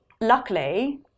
luckily